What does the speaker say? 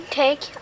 take